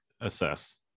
assess